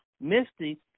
Misty